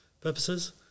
purposes